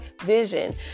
vision